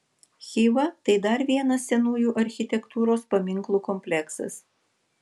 chiva tai dar vienas senųjų architektūros paminklų kompleksas